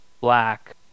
black